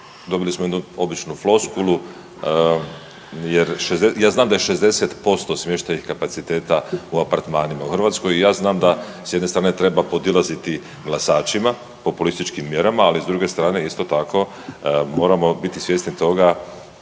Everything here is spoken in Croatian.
dobili smo jednu običnu floskulu jer, ja znam da je 60% smještajnih kapaciteta u apartmanima u Hrvatskoj i ja znam da s jedne strane treba podilaziti glasačima populističkim mjerama, ali s druge strane isto tako moramo biti svjesni toga